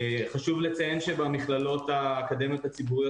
חשוב לציין שבמכללות האקדמיות הציבוריות